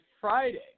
Friday